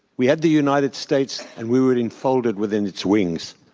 we had the united states, and we were enfolded within its wings.